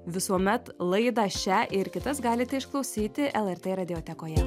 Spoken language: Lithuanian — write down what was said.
visuomet laidą šią ir kitas galite išklausyti lrt radiotekoje